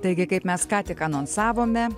taigi kaip mes ką tik anonsavome